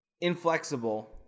inflexible